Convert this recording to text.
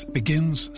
begins